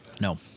No